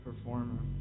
performer